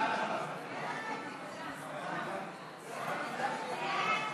סעיפים